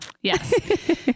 yes